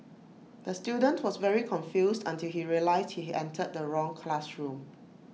the student was very confused until he realised he entered the wrong classroom